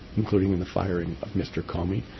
including in the firing of mr. comey.